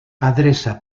adreça